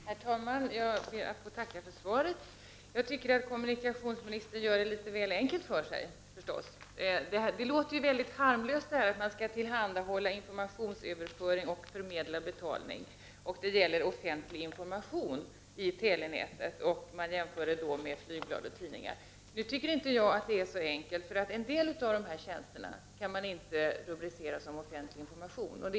Herr talman! Jag ber att få tacka för svaret. Jag tycker förstås att kommunikationsministern gör det litet väl enkelt för sig. Det låter ju väldigt harmlöst att man skall tillhandahålla informationsöverföring och förmedla betal ning och att det gäller offentlig information via telenätet. Georg Andersson jämförde med flygblad och tidningar. Nu är det inte så enkelt, tycker jag, eftersom en del av dessa tjänster inte kan rubriceras som offentlig information.